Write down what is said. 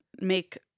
make